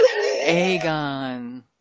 Aegon